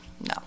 no